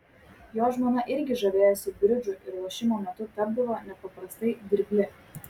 jo žmona irgi žavėjosi bridžu ir lošimo metu tapdavo nepaprastai dirgli